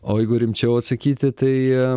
o jeigu rimčiau atsakyti tai